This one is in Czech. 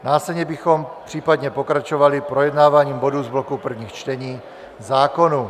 Následně bychom případně pokračovali projednáváním bodu z bloku prvních čtení zákonů.